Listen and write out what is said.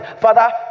Father